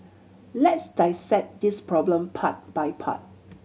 let's dissect this problem part by part